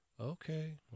Okay